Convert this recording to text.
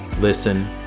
listen